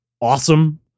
awesome